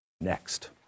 next